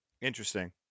Interesting